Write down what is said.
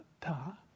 ta